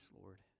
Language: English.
Lord